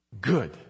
Good